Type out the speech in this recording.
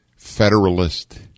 Federalist